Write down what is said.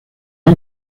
del